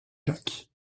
lac